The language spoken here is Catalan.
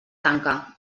tanca